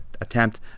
attempt